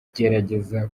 kugerageza